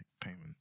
payment